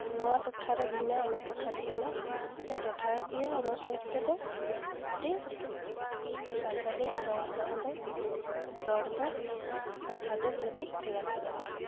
ᱱᱚᱣᱟ ᱴᱚᱴᱷᱟᱨᱮ ᱵᱷᱤᱱᱟᱹ ᱚᱱᱟ ᱴᱷᱚᱴᱷᱟᱨᱮ ᱵᱷᱤᱱᱟᱹ ᱢᱟᱱᱮ ᱴᱚᱴᱷᱟᱠᱤᱭᱟᱹ ᱚᱱᱩᱥᱟᱨ ᱛᱮᱫᱚ ᱠᱟᱹᱴᱤᱡ ᱥᱟᱱᱛᱟᱞᱤ ᱨᱚᱲ ᱟᱲᱟᱝ ᱫᱚ ᱨᱚᱲ ᱫᱚ ᱠᱟᱛᱷᱟ ᱫᱚ ᱠᱟᱹᱴᱤᱡ ᱵᱷᱮᱜᱟᱨ ᱵᱷᱮᱜᱟᱨᱚᱜᱼᱟ